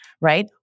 right